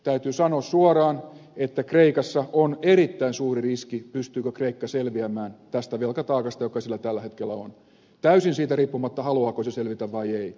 täytyy sanoa suoraan että kreikassa on erittäin suuri riski pystyykö kreikka selviämään tästä velkataakasta joka sillä tällä hetkellä on täysin siitä riippumatta haluaako se selvitä vai ei